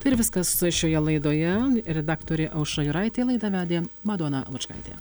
tai ir viskas šioje laidoje redaktorė aušra juraitė laidą vedė madona lučkaitė